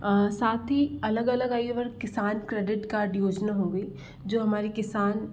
साथ ही अलग अलग आयु वर्ग किसान क्रेडिट कार्ड योजना होगी जो हमारी किसान